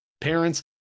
parents